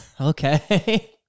Okay